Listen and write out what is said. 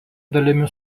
dalimi